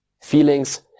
feelings